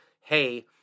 hey